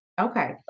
Okay